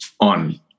on